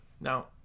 Now